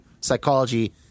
psychology